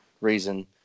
reason